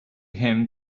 him